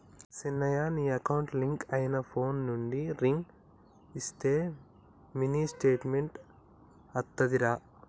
సిన్నయ నీ account link అయిన ఫోన్ నుండి రింగ్ ఇస్తే మినీ స్టేట్మెంట్ అత్తాదిరా